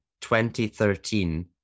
2013